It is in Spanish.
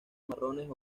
marrones